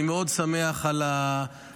אני מאוד שמח על ההצעה,